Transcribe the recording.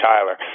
Tyler